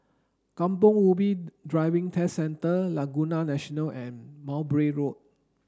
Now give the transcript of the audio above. Kampong Ubi Driving Test Centre Laguna National and Mowbray Road